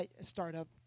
startup